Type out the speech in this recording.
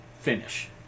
finish